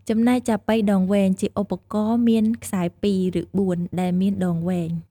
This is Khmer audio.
ចំណែកចាប៉ីដងវែង ជាឧបករណ៍មានខ្សែពីរ ឬបួន ដែលមានដងវែង។